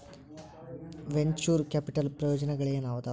venture capital ಪ್ರಯೋಜನಗಳೇನಾದವ